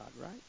right